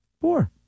Four